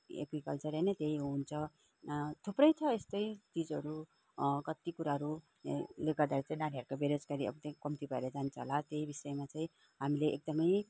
agriculture नै त्यही हुन्छ थुप्रै छ यस्तै चिजहरू कति कुराहरू यसले गर्दाखेरि चाहिँ नानीहरूको बेरोजगारी अबदेखि कम्ती भएर जान्छ होला त्यही विषयमा चाहिँ हामीले एकदमै